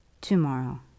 tomorrow